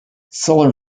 solar